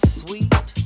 sweet